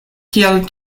kiel